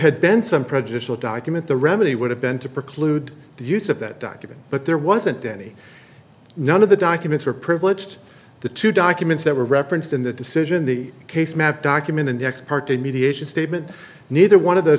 had been some prejudicial document the remedy would have been to preclude the use of that document but there wasn't any none of the documents were privileged the two documents that were referenced in the decision in the case map document and the ex parte mediation statement neither one of those